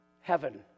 heaven